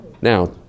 now